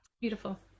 beautiful